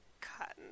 cotton